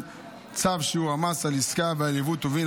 צו שיעור המס על עסקה ועל יבוא טובין,